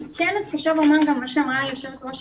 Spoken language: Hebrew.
אני כן אתייחס למה שאמרה יושבת ראש